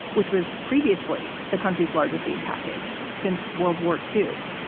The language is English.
which was previously the country's largest aid package since world war two.